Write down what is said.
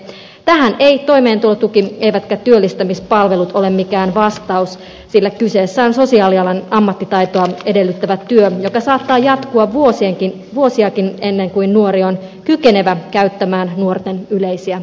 tähän ei toimeentulotuki eivätkä työllistämispalvelut ole mikään vastaus sillä kyseessä on sosiaalialan ammattitaitoa edellyttävä työ joka saattaa jatkua vuosiakin ennen kuin nuori on kykenevä käyttämään nuorten yleisiä